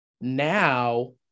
now